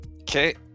Okay